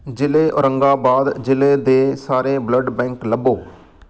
ਜ਼ਿਲ੍ਹੇ ਔਰੰਗਾਬਾਦ ਜ਼ਿਲ੍ਹੇ ਦੇ ਸਾਰੇ ਬਲੱਡ ਬੈਂਕ ਲੱਭੋ